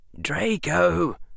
Draco